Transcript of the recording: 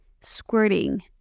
squirting